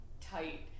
tight